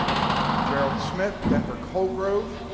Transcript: gerald smith, denver colgrove,